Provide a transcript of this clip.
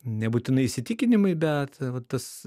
nebūtinai įsitikinimai bet va tas